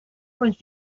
was